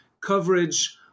coverage